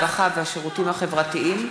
הרווחה והשירותים החברתיים,